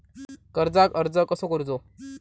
कर्जाक अर्ज कसो करूचो?